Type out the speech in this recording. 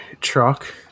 truck